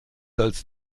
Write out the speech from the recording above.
als